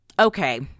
okay